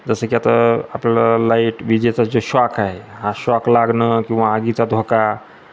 जसं की आता आपलं लाईट विजेचा जो शॉक आहे हा शॉक लागणं किंवा आगीचा धोका